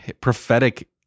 prophetic